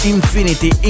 Infinity